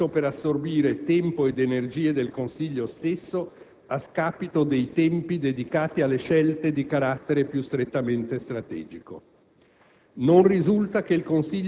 Tale circostanza ha finito per assorbire tempo ed energie del Consiglio stesso, a scapito dei tempi dedicati alle scelte di carattere più strettamente strategico.